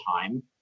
time